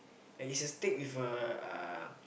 like it's a stick with a uh